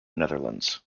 netherlands